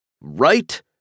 Right